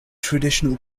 traditional